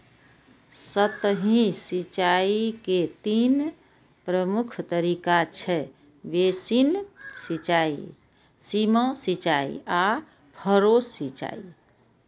सतही सिंचाइ के तीन प्रमुख तरीका छै, बेसिन सिंचाइ, सीमा सिंचाइ आ फरो सिंचाइ